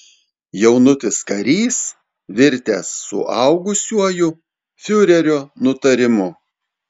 jaunutis karys virtęs suaugusiuoju fiurerio nutarimu